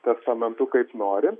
testamentu kaip nori